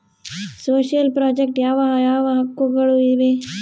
Social project ಯಾವ ಯಾವ ಹಕ್ಕುಗಳು ಇವೆ?